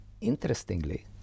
interestingly